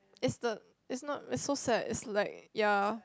is the is not it's so sad is like ya